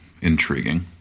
intriguing